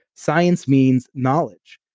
science means knowledge.